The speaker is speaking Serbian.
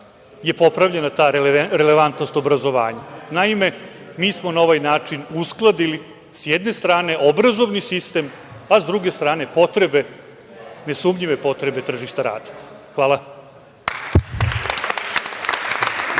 je popravljena ta relevantnost obrazovanja. Naime, mi smo na ovaj način uskladili sa jedne strane obrazovni sistem, a sa druge strane nesumnjive potrebe tržišta rada. Hvala.